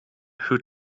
who